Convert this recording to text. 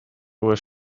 was